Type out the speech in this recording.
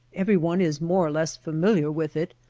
everyone is more or less familiar with it,